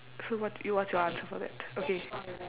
so what's y~ what's your answer for that okay